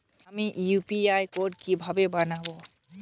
আমি UPI code কিভাবে বানাব?